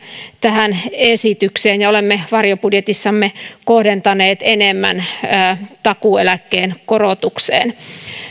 tähän esitykseen ja olemme varjobudjetissamme kohdentaneet enemmän takuueläkkeen korotukseen